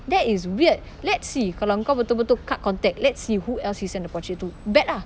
that is weird let's see kalau kau betul-betul cut contact let's see who else he send the portrait to bet ah